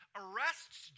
arrests